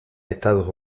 estados